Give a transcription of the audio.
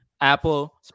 Apple